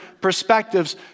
perspectives